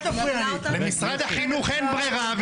למשרד החינוך אין ברירה,